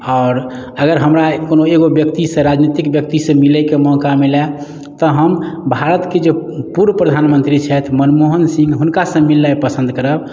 आओर अगर हमरा कोनो एगो व्यक्ति सँ राजनितिक व्यक्ति सँ मिलै के मौका मिलाए तऽ हम भारत के जे पूर्व प्रधानमंत्री छथि मनमोहन सिंह हुनका सँ मिलनाइ पसन्द करब